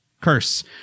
curse